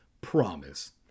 Promise